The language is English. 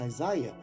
Isaiah